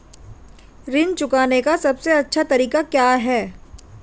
ऋण चुकाने का सबसे अच्छा तरीका क्या है?